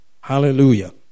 Hallelujah